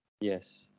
Yes